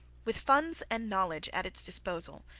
with funds and knowledge at its disposal,